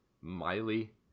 Miley